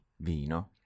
vino